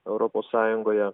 europos sąjungoje